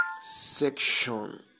section